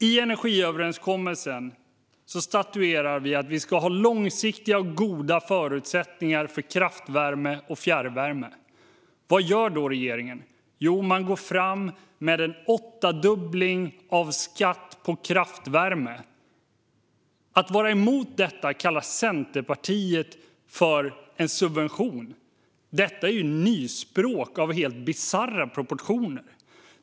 I energiöverenskommelsen statuerar vi att vi ska ha långsiktiga och goda förutsättningar för kraftvärme och fjärrvärme. Vad gör då regeringen? Jo, man går fram med en åttadubbling av skatt på kraftvärme. Att vara emot detta kallar Centerpartiet för en subvention. Det här är nyspråk av helt bisarra proportioner.